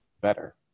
better